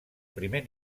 primer